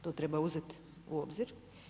To treba uzet u obzir.